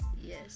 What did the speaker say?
Yes